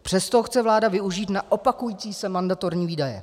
Přesto ho chce vláda využít na opakující se mandatorní výdaje.